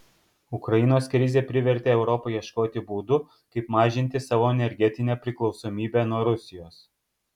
ukrainos krizė privertė europą ieškoti būdų kaip mažinti savo energetinę priklausomybę nuo rusijos